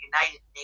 United